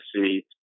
see